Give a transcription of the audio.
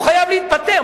הוא חייב להתפטר.